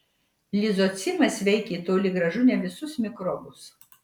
lizocimas veikė toli gražu ne visus mikrobus